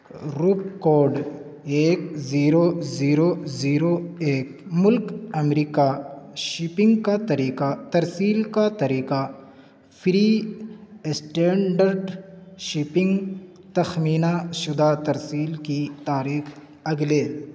روپ کوڈ ایک zero zero zero ایک ملک امریکہ شپنگ کا طریقہ ترسیل کا طریقہ فری اسٹینڈرڈ شپنگ تخمینہ شدہ ترسیل کی تاریخ اگلے